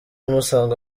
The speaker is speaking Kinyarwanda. musanzwe